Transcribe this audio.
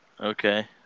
Okay